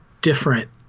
different